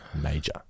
major